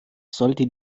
sollte